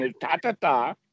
ta-ta-ta